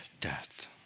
death